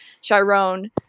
chiron